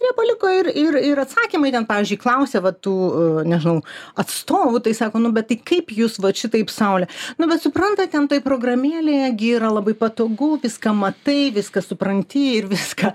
nepaliko ir ir ir atsakymai ten pavyzdžiui klausia va tų nežinau atstovų tai sako nu bet tai kaip jūs vat šitaip saule nu bet suprantat ten toj programėlėj gi yra labai patogu viską matai viskas supranti ir viską